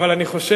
אבל אני חושב,